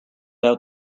out